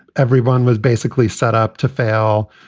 everyone was basically set up to fail.